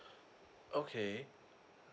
okay